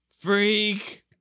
Freak